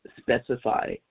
specify